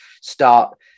start